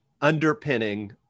underpinning